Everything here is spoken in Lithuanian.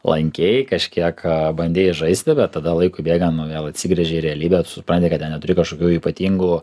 lankei kažkiek bandei žaisti bet tada laikui bėgant nu vėl atsigręžei į realybę supranti kad ten neturi kažkokių ypatingų